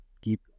keep